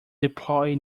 deploy